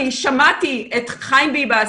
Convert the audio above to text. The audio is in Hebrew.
אני שמעתי את חיים ביבס,